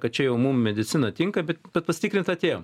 kad čia jau mum medicina tinka bet pasitikrint atėjom